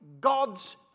God's